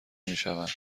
میشوند